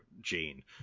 gene